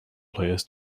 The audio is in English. players